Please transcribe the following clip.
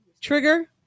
trigger